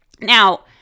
Now